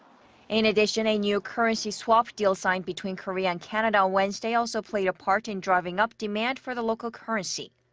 in addition, a new currency swap deal signed between korea and canada on wednesday also played a part in driving up demand for the local currency.